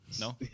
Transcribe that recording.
No